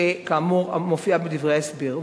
שכאמור מופיעה בדברי ההסבר.